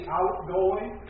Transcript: outgoing